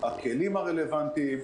הכלים הרלוונטיים,